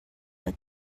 but